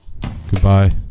Goodbye